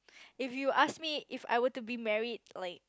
if you ask me if I were to be married like